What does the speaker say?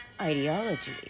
ideology